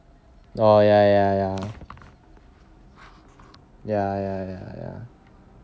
ya ya ya ya ya ya